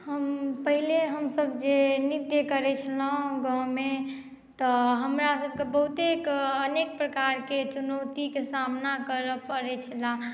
हम पहिले हम सब जे नृत्य करय छलहुँ गाँवमे तऽ हमरा सबके बहुते अनेक प्रकारके चुनौतीके सामना करऽ पड़य छलै